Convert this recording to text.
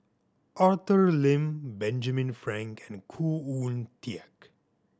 Arthur Lim Benjamin Frank and Khoo Oon Teik